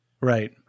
Right